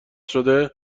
شده